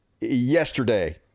yesterday